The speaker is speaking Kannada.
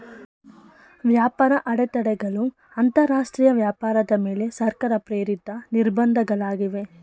ವ್ಯಾಪಾರ ಅಡೆತಡೆಗಳು ಅಂತರಾಷ್ಟ್ರೀಯ ವ್ಯಾಪಾರದ ಮೇಲೆ ಸರ್ಕಾರ ಪ್ರೇರಿತ ನಿರ್ಬಂಧ ಗಳಾಗಿವೆ